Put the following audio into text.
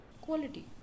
quality